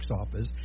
office